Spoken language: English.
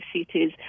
cities